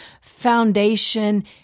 foundation